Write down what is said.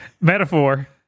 Metaphor